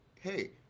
hey